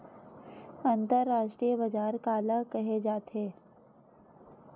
अंतरराष्ट्रीय बजार काला कहे जाथे?